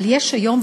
אבל יש היום,